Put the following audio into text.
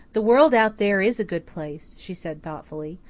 the world out there is a good place, she said thoughtfully,